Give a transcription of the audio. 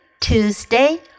Tuesday